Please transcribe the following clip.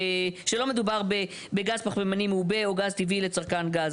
שלא מדובר בגז פחמימני מעובה או גז טבעי לצרכן גז.